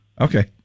Okay